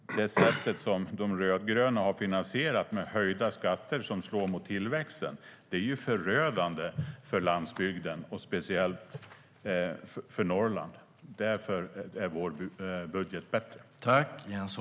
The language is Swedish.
Det sättet som de rödgröna har finansierat med höjda skatter som slår mot tillväxten är förödande för landsbygden och speciellt för Norrland. Därför är vår budget bättre.